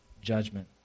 judgment